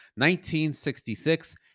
1966